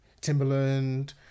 Timberland